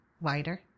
wider